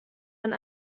ein